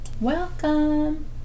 Welcome